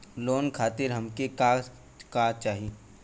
Loan खातीर हमके का का चाही?